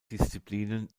disziplinen